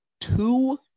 two